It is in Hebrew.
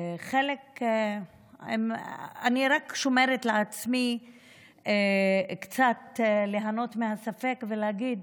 אני רק שומרת לעצמי קצת ליהנות מהספק ולהגיד